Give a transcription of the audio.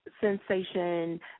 sensation